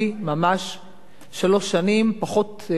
שלוש שנים ועוד ארבעה ימים,